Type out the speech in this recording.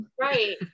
right